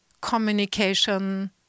communication